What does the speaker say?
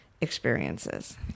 experiences